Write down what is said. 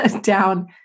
down